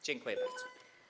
Dziękuję bardzo.